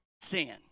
sin